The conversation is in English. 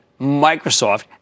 Microsoft